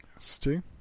Stu